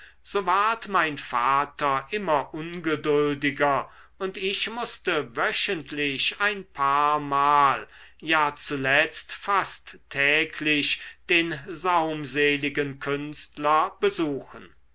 so ward mein vater immer ungeduldiger und ich mußte wöchentlich ein paarmal ja zuletzt fast täglich den saumseligen künstler besuchen